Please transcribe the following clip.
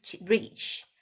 reach